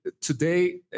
today